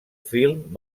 film